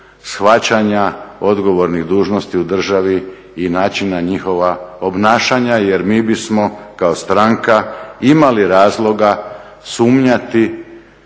shvaćanja odgovornih dužnosti u državi i načina njihova obnašanja. Jer mi bismo kao stranka imali razloga sumnjati